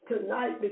tonight